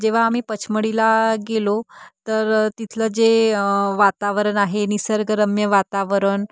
जेव्हा आम्ही पचमडीला गेलो तर तिथलं जे वातावरण आहे निसर्गरम्य वातावरण